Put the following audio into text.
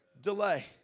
delay